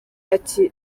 ati